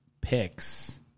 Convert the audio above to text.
picks